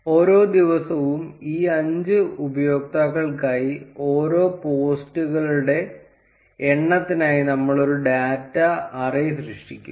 ഓരോ ദിവസവും ഈ 5 ഉപയോക്താക്കൾക്കായി ഓരോ പോസ്റ്റുകളുടെ എണ്ണത്തിനായി നമ്മൾ ഒരു ഡാറ്റ അറേ സൃഷ്ടിക്കും